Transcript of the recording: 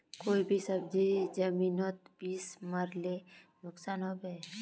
कोई भी सब्जी जमिनोत बीस मरले नुकसान होबे?